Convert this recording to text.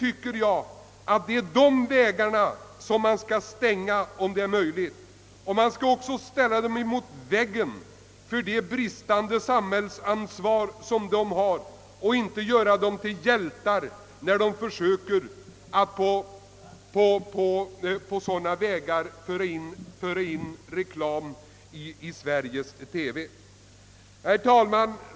Denna möjlighet tycker jag man skall stänga av, och vederbörande bör ställas mot väggen för bristande samhällsansvar. Man skall inte göra dem till hjältar, när de försöker att på sådana vägar föra in reklam i Sveriges TV. Herr talman!